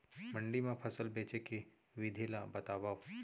मंडी मा फसल बेचे के विधि ला बतावव?